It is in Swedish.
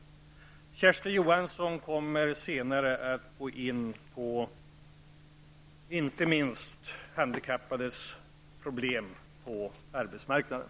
Kersti Johansson kommer senare att ta upp inte minst de handikappades problem på arbetsmarknaden.